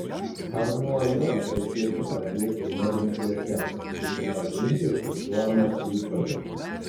ar nuo jos reikėtų pradėti norintiesiems susipažinti su šiuo mąstytoju